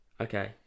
Okay